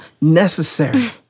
necessary